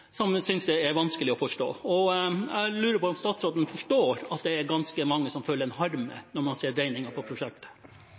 det er vanskelig å forstå. Jeg lurer på om statsråden forstår at det er ganske mange som føler en harme